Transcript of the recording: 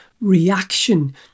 reaction